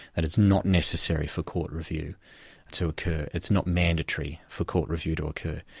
and it's not necessary for court review to occur, it's not mandatory for court review to occur.